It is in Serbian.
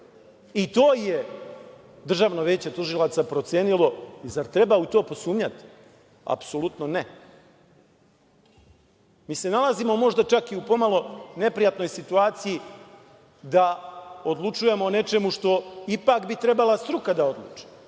I to je Državno veće tužilaca procenilo. Zar treba u to posumnjati? Apsolutno ne. Mi se nalazimo možda čak i u pomalo neprijatnoj situaciji da odlučujemo o nečemu što bi ipak trebala struka da odluči,